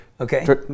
Okay